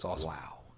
Wow